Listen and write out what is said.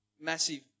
massive